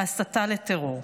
ההסתה לטרור.